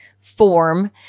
form